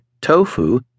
tofu